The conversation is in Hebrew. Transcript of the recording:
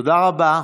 תודה רבה.